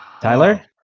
Tyler